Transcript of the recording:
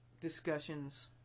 discussions